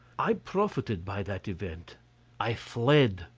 i profited by that event i fled.